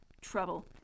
Trouble